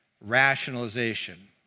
rationalization